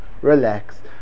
Relax